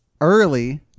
early